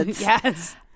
Yes